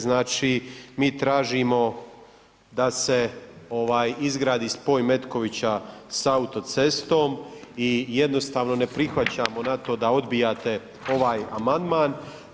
Znači mi tražimo da se izgradi spoj Metkovića sa autocestom i jednostavno ne prihvaćamo na to da odbijate ovaj amandman.